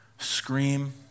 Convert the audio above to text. scream